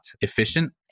efficient